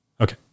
Okay